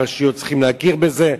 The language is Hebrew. הרשויות צריכות להכיר בזה.